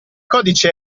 codice